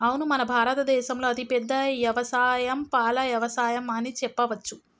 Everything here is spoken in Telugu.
అవును మన భారత దేసంలో అతిపెద్ద యవసాయం పాల యవసాయం అని చెప్పవచ్చు